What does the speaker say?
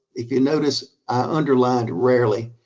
if you notice, i underlined rarely.